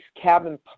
cabin